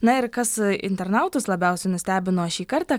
na ir kas internautus labiausiai nustebino šį kartą